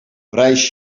reis